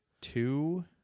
Two